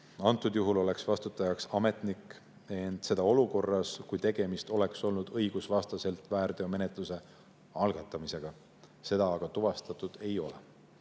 Antud juhul oleks vastutajaks ametnik, ent seda olukorras, kus tegemist oleks olnud õigusvastaselt väärteomenetluse algatamisega. Seda aga tuvastatud ei ole.